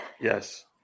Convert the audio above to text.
Yes